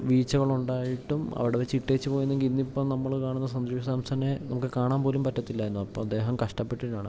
വീഴച്ചകൾ ഉണ്ടായിട്ടും അവിടെ വച്ചു ഇട്ടേച്ച് പോയിരുന്നെങ്കിൽ ഇന്ന് ഇപ്പം നമ്മൾ കാണുന്ന സഞ്ജു സാംസനെ നമുക്ക് കാണാൻ പോലും പറ്റത്തില്ലായിരുന്നു അപ്പം അദ്ദേഹം കഷ്ടപ്പെട്ടിട്ടാണ്